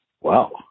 Wow